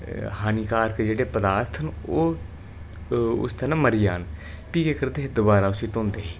हानिकारक जेह्ड़े पदार्थ न ओह् उसदा न मरी जान फ्ही केह् करदे हे दबारा उसी धौंदे हे